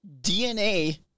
DNA